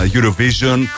Eurovision